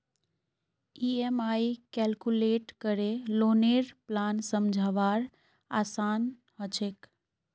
EMI calculate करे लौनेर plan समझवार आसान ह छेक